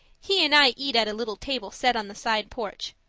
he and i eat at a little table set on the side porch,